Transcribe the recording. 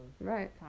Right